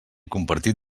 compartit